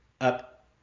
up